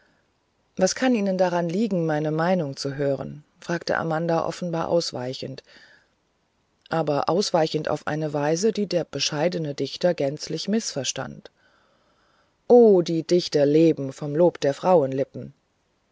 was kann ihnen daran liegen meine meinung zu hören fragte amanda offenbar ausweichend aber ausweichend auf eine weise die der bescheidene dichter gänzlich mißverstand o die dichter leben vom lobe der frauenlippen